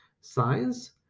science